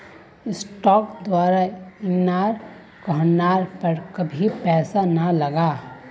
स्टॉकत दूसरा झनार कहनार पर कभी पैसा ना लगा